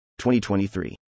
2023